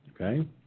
Okay